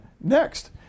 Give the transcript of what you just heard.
next